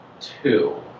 two